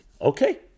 Okay